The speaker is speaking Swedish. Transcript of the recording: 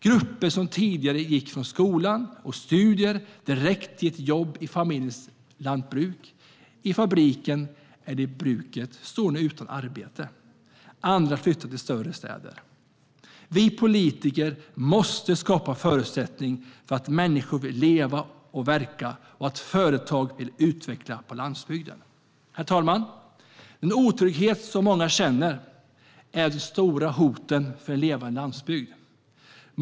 Grupper som tidigare gick från skolan och studier direkt till ett jobb i familjens lantbruk, i fabriken eller på bruket står nu utan arbete, och andra flyttar till större städer. Vi politiker måste skapa förutsättningar för att människor ska vilja leva och verka och för att företag ska kunna utvecklas på landsbygden. Herr talman! Den otrygghet många känner är ett av de stora hoten mot en levande landsbygd.